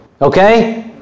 Okay